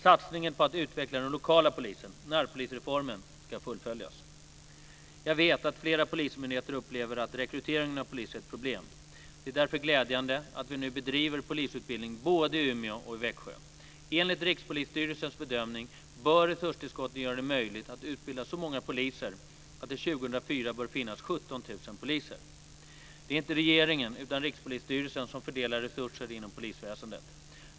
Satsningen på att utveckla den lokala polisen - närpolisreformen - ska fullföljas. Jag vet att flera polismyndigheter upplever att rekryteringen av poliser är ett problem. Det är därför glädjande att vi nu bedriver polisutbildning både i Umeå och i Växjö. Enligt Rikspolisstyrelsens bedömning bör resurstillskotten göra det möjligt att utbilda så många poliser att det 2004 bör finnas Det är inte regeringen utan Rikspolisstyrelsen som fördelar resurser inom polisväsendet.